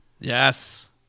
Yes